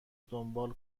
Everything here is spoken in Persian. دنبال